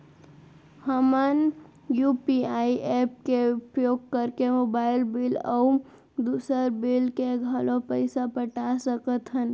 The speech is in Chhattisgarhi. हमन यू.पी.आई एप के उपयोग करके मोबाइल बिल अऊ दुसर बिल के घलो पैसा पटा सकत हन